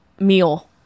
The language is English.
meal